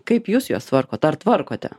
kaip jūs juos tvarkot ar tvarkote